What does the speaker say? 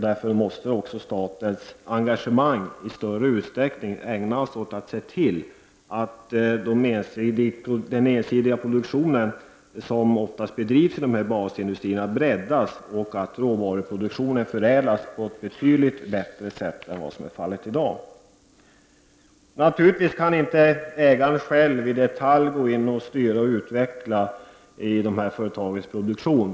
Därför måste också statens engagemang i större utsträckning ägnas åt att se till att den ensidiga produktion som oftas bedrivs i basindustrierna breddas och att råvaruproduktionen förädlas på ett betydligt bättre sätt än vad som är fallet i dag. Naturligtvis kan inte ägaren i detalj styra och utveckla företagens produktion.